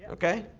okay.